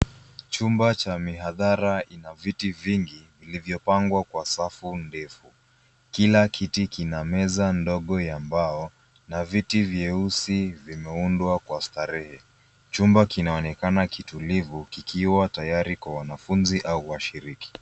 Chumba cha mihadhara ina viti vingi vilivyopangwa kwa safu ndefu. Kila kiti kina meza ndogo ya mbao na viti vyeusi vimeundwa kwa starehe. Chumba kinaonekana kitulivu kikiwa tayari kwa wanafunzi au washiriki.